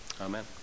Amen